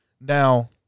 now